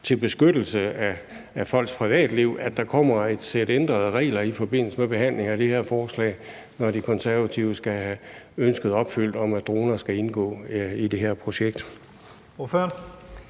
til beskyttelse af folks privatliv, kommer et sæt ændrede regler i forbindelse med behandlingen af det her forslag, når De Konservative skal have ønsket opfyldt om, at droner skal indgå i det her projekt?